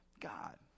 God